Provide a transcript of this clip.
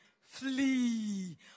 flee